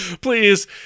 Please